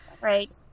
Right